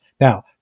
Now